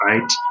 right